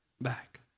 back